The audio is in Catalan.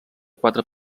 quatre